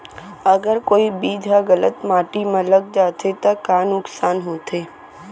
अगर कोई बीज ह गलत माटी म लग जाथे त का नुकसान होथे?